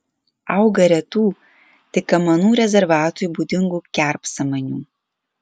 auga retų tik kamanų rezervatui būdingų kerpsamanių